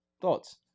Thoughts